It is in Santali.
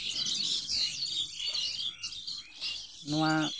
ᱱᱚᱣᱟ